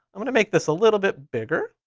i'm gonna make this a little bit bigger.